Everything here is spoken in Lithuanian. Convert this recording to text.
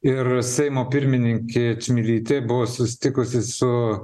ir seimo pirmininkė čmilytė buvo susitikusi su